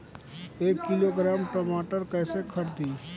एक किलोग्राम टमाटर कैसे खरदी?